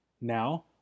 Now